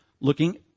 looking